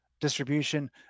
distribution